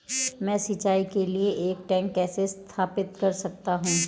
मैं सिंचाई के लिए एक टैंक कैसे स्थापित कर सकता हूँ?